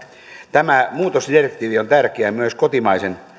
tämä muutosdirektiivi on tärkeä myös kotimaisen